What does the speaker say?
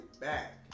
back